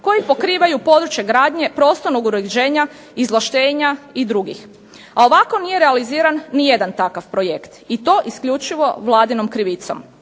koji pokrivaju područje gradnje, prostornog uređenja izvlaštenja i drugih. Ovako nije realiziran ni jedan takav projekt i to isključivo vladinom krivicom.